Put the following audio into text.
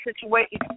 situation